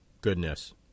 goodness